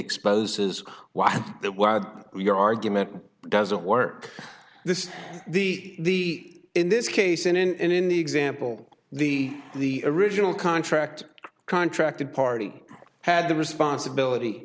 exposes why your argument doesn't work this is the in this case and in the example the the original contract contracted party had the responsibility